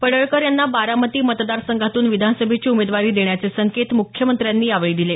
पडळकर यांना बारामती मतदार संघातून विधानसभेची उमेदवारी देण्याचे संकेत मुख्यमंत्र्यांनी यावेळी दिले